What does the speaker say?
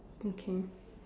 okay